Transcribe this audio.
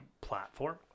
platform